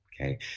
Okay